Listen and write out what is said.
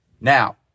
Now